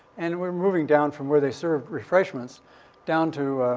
and we're moving down from where they served refreshments down to,